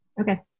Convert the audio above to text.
Okay